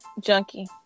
Junkie